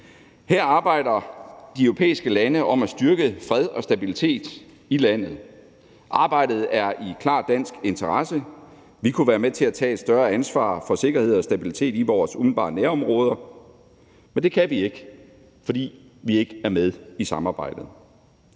Her arbejder de europæiske lande på at styrke fred og stabilitet i landet. Arbejdet er i klar dansk interesse, og vi kunne være med til at tage et større ansvar for sikkerhed og stabilitet i vores umiddelbare nærområder, men det kan vi ikke, fordi vi ikke er med i samarbejdet.